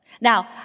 Now